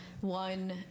one